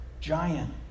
giant